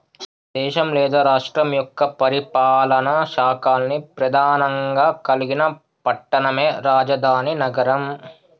దేశం లేదా రాష్ట్రం యొక్క పరిపాలనా శాఖల్ని ప్రెధానంగా కలిగిన పట్టణమే రాజధాని నగరం